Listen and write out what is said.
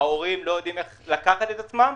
ההורים לא יודעים איך לקחת את עצמם.